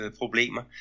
problemer